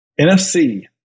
NFC